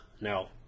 No